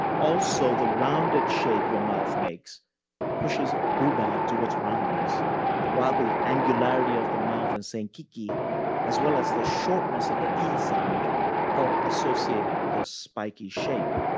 also, the rounded shape your mouth makes pushes a bouba towards roundness while the angularity of the mouth in saying kiki as well as the shortness of the e sound help associate it with a spiky shape.